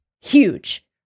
huge